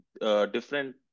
different